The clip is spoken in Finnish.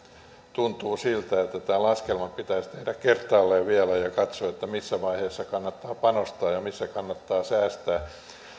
tuntuu siltä että tämä laskelma pitäisi tehdä kertaalleen vielä ja katsoa missä vaiheessa kannatta panostaa ja missä kannattaa säästää